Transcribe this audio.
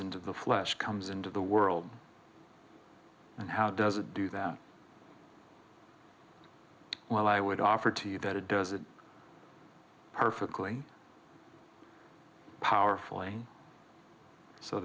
into the flesh comes into the world and how does it do that well i would offer to you that it does it perfectly powerful